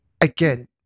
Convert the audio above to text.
again